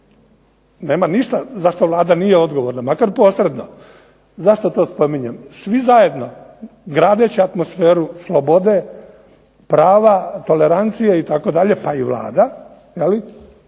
Nema ništa za šta Vlada nije odgovorna makar posredno. Zašto to spominjem? Svi zajedno gradeći atmosferu slobode, prava, tolerancije itd. pa i Vlada, ali